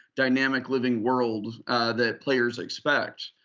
dynamic living world that players expect.